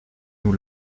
nous